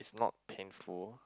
not painful